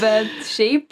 bet šiaip